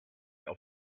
auf